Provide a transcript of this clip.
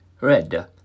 Red